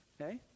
Okay